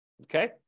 Okay